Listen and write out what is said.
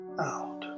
out